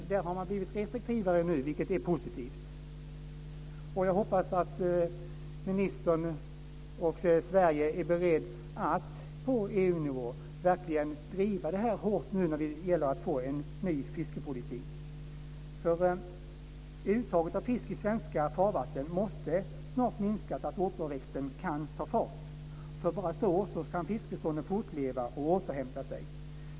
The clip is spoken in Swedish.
Där har man dock blivit restriktivare, vilket är positivt. Jag hoppas att ministern - Sverige - är beredd att på EU-nivå verkligen driva detta hårt för att få en ny fiskepolitik. Uttaget av fisk i svenska farvatten måste snart minska så att återväxten kan ta fart. Bara på det sättet kan fiskbestånden fortleva och återhämta sig.